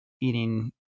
eating